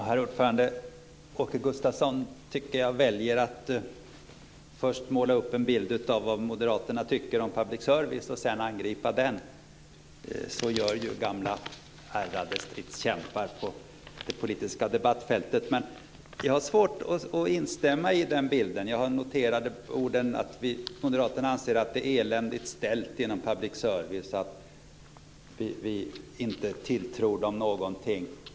Herr talman! Åke Gustavsson väljer att först måla upp en bild av vad moderaterna tycker om public service, och sedan angripa den. Så gör ju gamla ärrade stridskämpar på det politiska debattfältet, men jag har svårt att instämma i den bilden. Jag har noterat de här orden: Moderaterna anser att det är eländigt ställt inom public service, och tilltror det inte någonting.